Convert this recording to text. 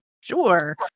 Sure